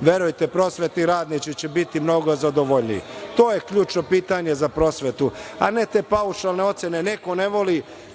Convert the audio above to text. verujte, prosvetni radnici će biti mnogo zadovoljniji. To je ključno pitanje za prosvetu, a ne te paušalne ocene -